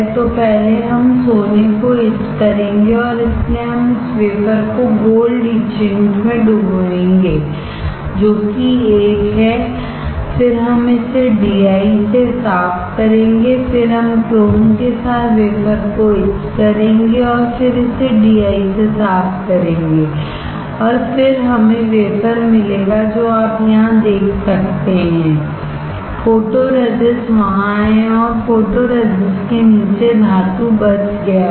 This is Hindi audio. तो पहले हम सोने को इच करेंगे और इसीलिए हम इस वेफर को गोल्ड Etchant में डुबोएंगे जो कि 1 है फिर हम इसे DI से साफ करेंगे फिर हम क्रोम के साथ वेफर को इच करेंगे और फिर इसे DI से साफ करेंगे और फिर हमें वेफर मिलेगा जो आप यहां देख सकते हैं फोटोरेजिस्ट वहाँ है और फोटोरेजिस्ट के नीचे धातु बच गया है